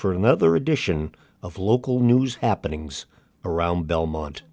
for another edition of local news happenings around belmont